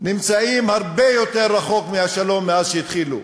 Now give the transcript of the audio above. נמצאים הרבה יותר רחוק מהשלום, מאז התחילו.